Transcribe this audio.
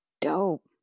Dope